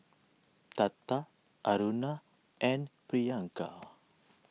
Tata Aruna and Priyanka